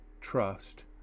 trust